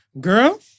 girl